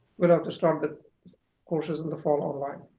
we'll have to start the courses in the fall online.